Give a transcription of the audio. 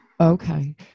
Okay